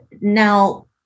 now